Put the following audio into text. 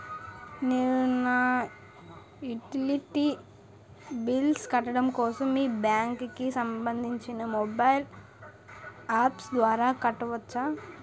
నేను నా utility bills కట్టడం కోసం మీ బ్యాంక్ కి సంబందించిన మొబైల్ అప్స్ ద్వారా కట్టవచ్చా?